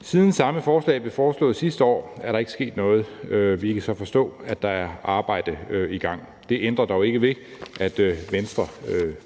Siden samme forslag blev foreslået sidste år, er der ikke sket noget. Vi kan så forstå, at der er et arbejde i gang. Det ændrer dog ikke ved, at Venstre